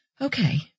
okay